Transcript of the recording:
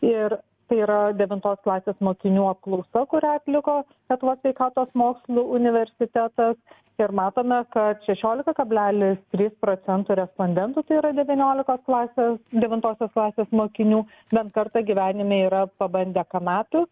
ir tai yra devintos klasės mokinių apklausa kurią atliko lietuvos sveikatos mokslų universitetas ir matome kad šešiolika kablelis trys procento respondentų tai yra devyniolikos klasės devintosios klasės mokinių bent kartą gyvenime yra pabandę kanapių